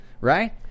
right